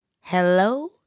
Hello